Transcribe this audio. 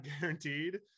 guaranteed